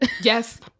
Yes